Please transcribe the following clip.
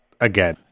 again